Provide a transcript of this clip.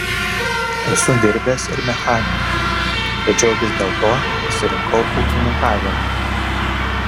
esu dirbęs ir mechaniku tačiau vis dėlto pasirinkau ūkininkavimą